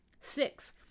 Six